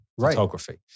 photography